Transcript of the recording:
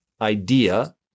idea